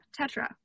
Tetra